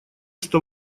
что